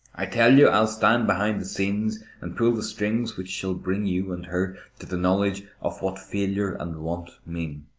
i tell you i'll stand behind the scenes and pull the strings which shall bring you and her to the knowledge of what failure and want mean.